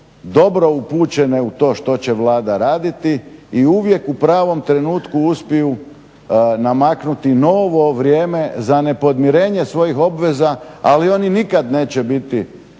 dobro upućene u to što će Vlada raditi i uvijek u pravom trenutku uspiju namaknuti novo vrijeme za nepodmirenje svojih obveza ali oni nikad neće biti